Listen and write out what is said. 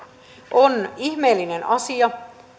on ihmeellinen asia